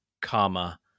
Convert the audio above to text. comma